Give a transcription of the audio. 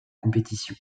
compétition